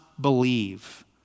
believe